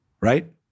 Right